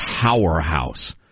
powerhouse